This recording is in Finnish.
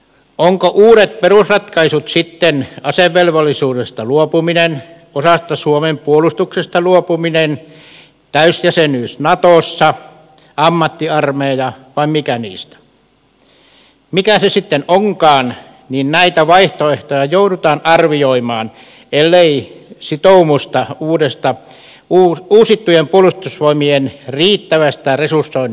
ovatko uudet perusratkaisut sitten asevelvollisuudesta luopuminen osasta suomen puolustuksesta luopuminen täysjäsenyys natossa ammattiarmeija vai mikä niistä mikä se sitten onkaan niin näitä vaihtoehtoja joudutaan arvioimaan ellei sitoumusta uusittujen puolustusvoimien riittävästä resursoinnista löydy